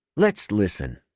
let's listen.